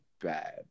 bad